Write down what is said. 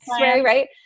right